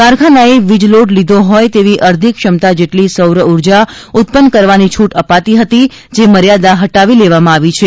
કારખાનાએ વીજ લોડ લીધો હોય તેવી અરધી ક્ષમતા જેટલી સૌરઉર્જા ઉત્પન્ન કરવાની છૂટ અપાતી હતી જે મર્યાદા હટાવી લેવામાં આવી છે